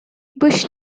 bush